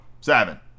seven